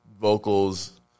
vocals